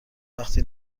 وقتی